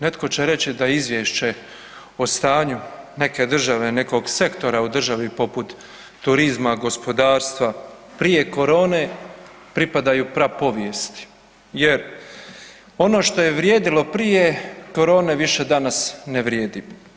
Netko će reći da je izvješće o stanju neke države i nekog sektora u državi poput turizma, gospodarstva prije korone pripadaju prapovijesti jer ono što je vrijedilo prije korone više danas ne vrijedi.